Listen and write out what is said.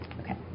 okay